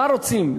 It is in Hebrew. מה רוצים,